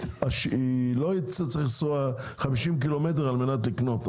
לא יצטרך לנסוע חמישים ק"מ על מנת לקנות.